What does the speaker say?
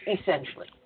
essentially